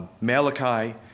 Malachi